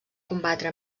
combatre